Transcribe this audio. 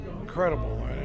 Incredible